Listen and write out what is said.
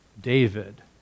David